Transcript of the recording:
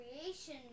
creation